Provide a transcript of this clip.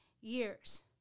years